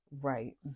right